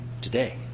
today